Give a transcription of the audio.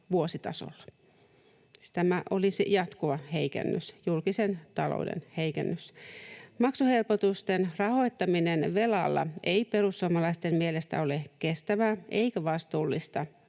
vuositasolla — siis tämä olisi jatkuva heikennys, julkisen talouden heikennys. Maksuhelpotusten rahoittaminen velalla ei perussuomalaisten mielestä ole kestävää eikä vastuullista